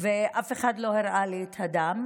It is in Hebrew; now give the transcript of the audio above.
ואף אחד לא הראה לי את הדם,